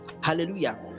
hallelujah